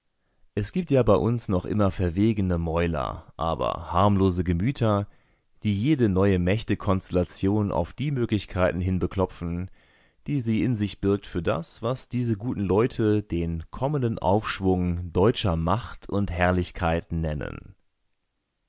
es gibt ja bei uns noch immer verwegene mäuler aber harmlose gemüter die jede neue mächtekonstellation auf die möglichkeiten hin beklopfen die sie in sich birgt für das was diese guten leute den kommenden aufschwung deutscher macht und herrlichkeit nennen